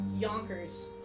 Yonkers